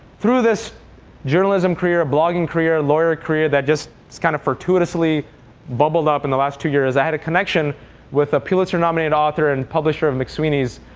through this journalism career, blogging career, lawyer career that just kind of fortuitously bubbled up in the last two years, i had a connection with a pulitzer-nominated author and publisher of mcsweeney's,